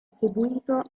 attribuito